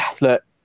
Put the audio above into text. look